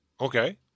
Okay